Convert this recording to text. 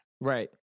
Right